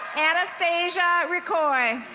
anastasia recoy.